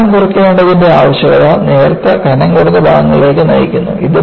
ഭാരം കുറയ്ക്കേണ്ടതിന്റെ ആവശ്യകത നേർത്ത കനംകുറഞ്ഞ ഭാഗങ്ങളിലേക്ക് നയിക്കുന്നു